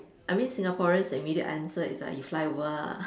I mean Singaporeans the immediate answer is like you fly over ah